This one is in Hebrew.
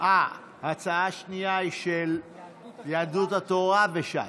ההצעה השנייה היא של יהדות התורה וש"ס.